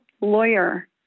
lawyer